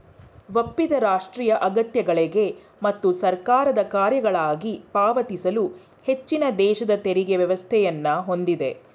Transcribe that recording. ಒಪ್ಪಿದ ರಾಷ್ಟ್ರೀಯ ಅಗತ್ಯಗಳ್ಗೆ ಮತ್ತು ಸರ್ಕಾರದ ಕಾರ್ಯಗಳ್ಗಾಗಿ ಪಾವತಿಸಲು ಹೆಚ್ಚಿನದೇಶದ ತೆರಿಗೆ ವ್ಯವಸ್ಥೆಯನ್ನ ಹೊಂದಿದೆ